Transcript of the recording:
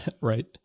Right